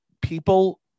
People